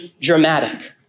dramatic